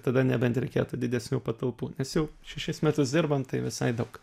tada nebent reikėtų didesnių patalpų nes jau šešis metus dirbant tai visai daug